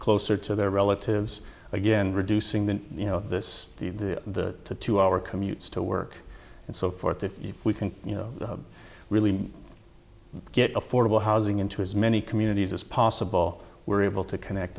closer to their relatives again reducing the you know this the the two hour commute to work and so forth if we can you know really get affordable housing into as many communities as possible we're able to connect